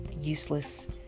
useless